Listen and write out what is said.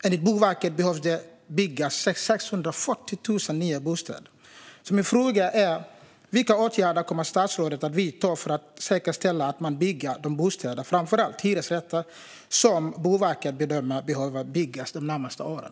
Enligt Boverket behöver 640 000 nya bostäder byggas. Vilka åtgärder kommer statsrådet att vidta för att säkerställa att de bostäder byggs - framför allt hyresrätter - som Boverket bedömer behöver byggas de närmaste åren?